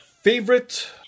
favorite